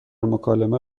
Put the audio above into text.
مکالمه